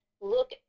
look